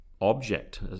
Object